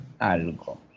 algo